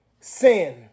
sin